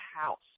house